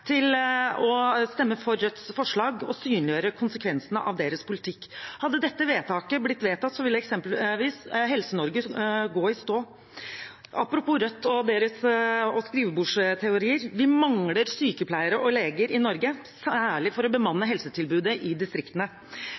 til å stemme for Rødts forslag og synliggjøre konsekvensene av deres politikk. Hadde dette forslaget blitt vedtatt, ville eksempelvis Helse-Norge gått i stå. Apropos Rødt og skrivebordsteorier: Vi mangler sykepleiere og leger i Norge, særlig til å bemanne helsetilbudet i distriktene.